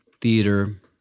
Theater